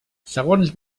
segons